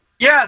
Yes